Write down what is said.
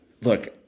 look